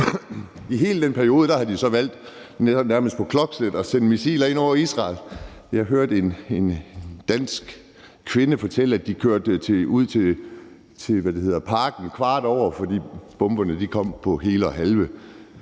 nærmest på klokkeslæt at sende missiler ind over Israel. Jeg hørte en dansk kvinde fortælle, at de kørte ud til parken klokken kvart over, fordi bomberne kom klokken hel og halv.